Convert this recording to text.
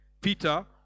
Peter